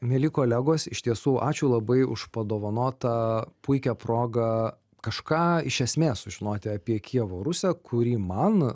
mieli kolegos iš tiesų ačiū labai už padovanotą puikią progą kažką iš esmės sužinoti apie kijevo rusią kuri man